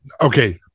Okay